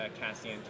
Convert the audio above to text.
Cassian